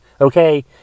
Okay